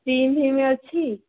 steam ଫିମ୍ ଅଛି